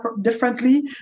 differently